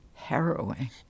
harrowing